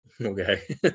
Okay